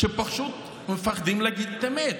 שפשוט מפחדים להגיד את האמת,